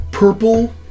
Purple